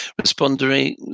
responding